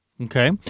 Okay